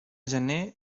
gener